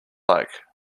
like